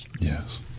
Yes